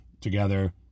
together